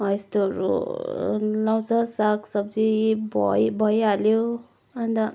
हो यस्तोहरू लाउँछ सागसब्जी भइ भइहाल्यो अन्त